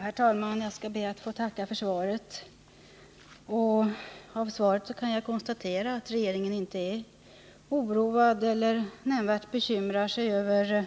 Herr talman! Jag skall be att få tacka för svaret. Av detta svar kan jag konstatera att regeringen inte är oroad av eller nämnvärt bekymrar sig över